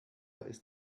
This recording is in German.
ist